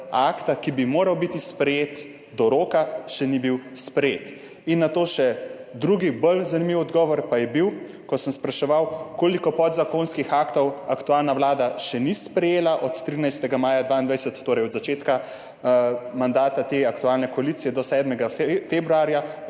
akta, ki bi moral biti sprejet do roka, še ni bil sprejet. In nato še drugi, bolj zanimiv odgovor pa je bil, ko sem spraševal, koliko podzakonskih aktov aktualna vlada še ni sprejela od 13. maja 2022, torej od začetka mandata te aktualne koalicije, do 7. februarja.